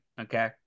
Okay